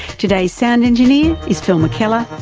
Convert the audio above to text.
today's sound engineer is phil mckellar.